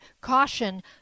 caution